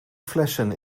flessen